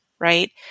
right